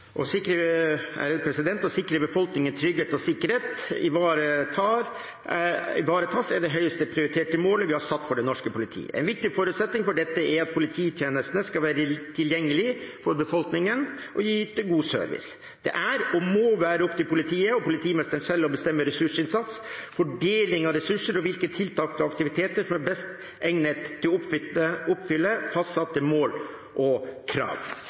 Å sikre at befolkningens trygghet og sikkerhet ivaretas, er det høyest prioriterte målet vi har satt for det norske politiet. En viktig forutsetning for dette er at polititjenestene skal være tilgjengelige for befolkningen og yte god service. Det er og må være opp til politiet og politimesteren selv å bestemme ressursinnsats, fordeling av ressurser og hvilke tiltak og aktiviteter som er best egnet til å oppfylle fastsatte mål og krav.